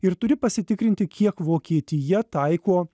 ir turi pasitikrinti kiek vokietija taiko